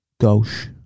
Gauche